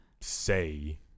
say